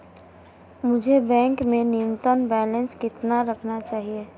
मुझे बैंक में न्यूनतम बैलेंस कितना रखना चाहिए?